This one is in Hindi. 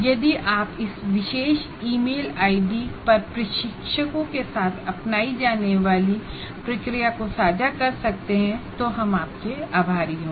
यदि आप इस विशेष ईमेल आईडी पर इंस्ट्रक्टर्स के साथ अपनाई जाने वाले प्रोसेस को साझा कर सकते हैं तो हम आपके आभारी होंगे